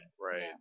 right